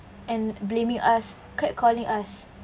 and blaming us catcalling us